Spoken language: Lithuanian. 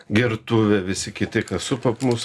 gertuvė visi kiti kas supa mus aplinkui